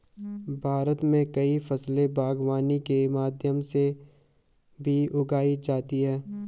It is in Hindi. भारत मे कई फसले बागवानी के माध्यम से भी उगाई जाती है